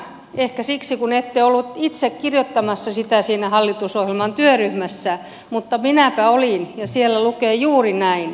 ehkä siksi kun ette ollut itse kirjoittamassa sitä siinä hallitusohjelman työryhmässä mutta minäpä olin ja siellä lukee juuri näin